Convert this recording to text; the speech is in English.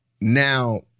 now